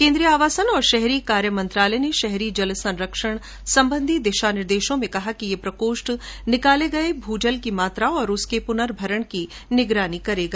केन्द्रीय आवासन और शहरी कार्य मंत्रालय ने शहरी जल संरक्षण संबंधी दिशा निर्देशों में कहा कि यह प्रकोष्ठ निकाले गए भू जल की मात्रा और उसके पूर्नभरण की निगरानी करेगा